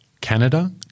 Canada